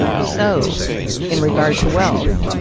so in regard to wealth.